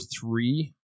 three